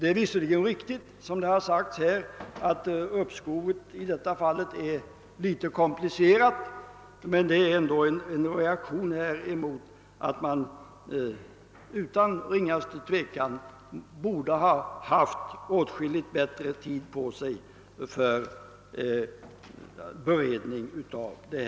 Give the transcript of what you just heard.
Det är visserligen riktigt som här sagts att uppskovet i detta fall blir litet komplicerat, men förslaget är ändå en reaktion mot att vi inte fått väsentligt bättre tid på oss för bei redningen av ärendet — något som utan minsta tvivel behövts.